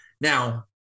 Now